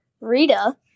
Rita